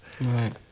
Right